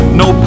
no